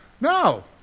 No